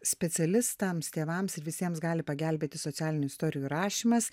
specialistams tėvams ir visiems gali pagelbėti socialinių istorijų rašymas